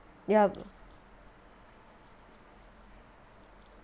ya